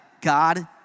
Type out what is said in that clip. God